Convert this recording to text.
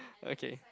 okay